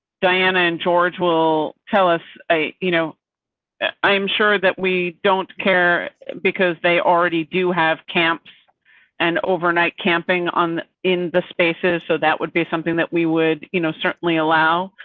diana, and george will tell us a. you know ah i'm sure that we don't care because they already do have camps and overnight camping in the spaces. so that would be something that we would you know certainly allow,